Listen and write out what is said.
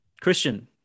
Christian